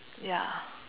ya